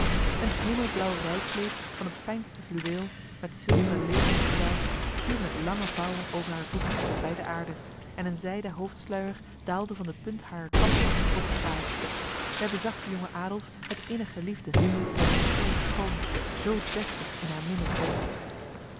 een hemelblauw rijkleed van het fijnste fluweel met zilveren leeuwkens bezaaid viel met lange vouwen over haar voeten tot bij de aarde en een zijden hoofdsluier daalde van de punt harer kap tot op het paard zij bezag de jonge adolf met innige liefde hij was zo schoon zo deftig in haar minnend oog